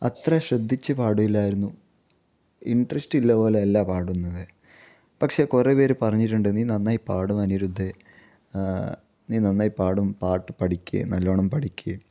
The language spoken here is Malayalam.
അത്ര ശ്രദ്ധിച്ച് പാടില്ലായിരുന്നു ഇൻട്രസ്റ്റ് ഉള്ളത് പോലെ അല്ല പാടുന്നത് പക്ഷേ കുറേ പേർ പറഞ്ഞിട്ടുണ്ട് നീ നന്നായി പാടും അനിരുദ്ധേ നീ നന്നായി പാടും പാട്ട് പഠിക്ക് നല്ലവണ്ണം പഠിക്ക്